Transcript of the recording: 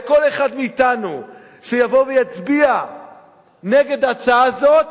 וכל אחד מאתנו שיבוא ויצביע נגד הצעה זאת,